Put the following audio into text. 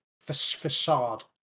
facade